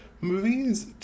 movies